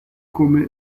come